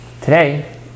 Today